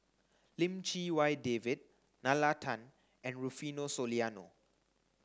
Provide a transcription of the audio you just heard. Lim Chee Wai David Nalla Tan and Rufino Soliano